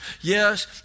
Yes